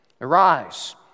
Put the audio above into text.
Arise